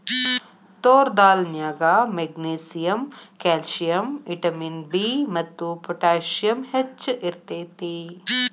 ತೋರ್ ದಾಲ್ ನ್ಯಾಗ magnesium, calcium, vitamin B ಮತ್ತು ಪೊಟ್ಯಾಸಿಯಮ್ ಹೆಚ್ಚ್ ಇರ್ತೇತಿ